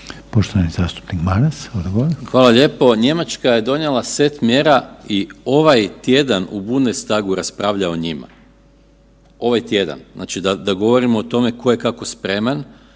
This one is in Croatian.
Poštovani zastupnik Maras, odgovor. **Maras, Gordan (SDP)** Hvala lijepo. Njemačka je donijela set mjera i ovaj tjedan u Bundestagu raspravlja o njima. Ovaj tjedan, znači da govorimo o tome tko je kako spreman